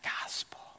gospel